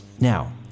Now